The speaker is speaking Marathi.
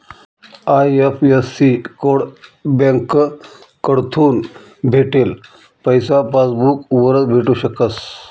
आय.एफ.एस.सी कोड बँककडथून भेटेल पैसा पासबूक वरच भेटू शकस